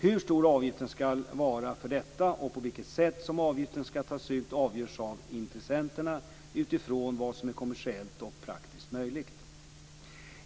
Hur stor avgiften skall vara för detta och på vilket sätt som avgiften skall tas ut avgörs av intressenterna utifrån vad som är kommersiellt och praktiskt möjligt.